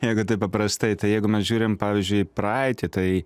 jeigu taip paprastai tai jeigu mes žiūrim pavyzdžiui į praeitį tai